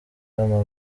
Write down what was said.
w’amaguru